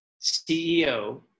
CEO